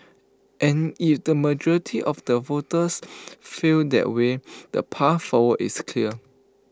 and if the majority of the voters feel that way the path forward is clear